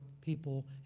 people